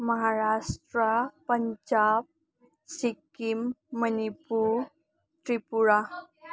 Maharashtra Punjab Sikkim Manipur Tripura